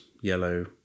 yellow